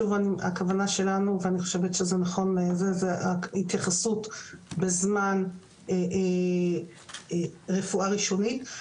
הכוונה שלנו ואני חושבת שזה נכון היא להתייחסות בזמן רפואה ראשונית.